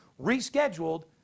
rescheduled